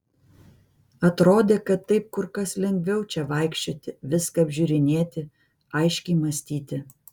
atrodė kad taip kur kas lengviau čia vaikščioti viską apžiūrinėti aiškiai mąstyti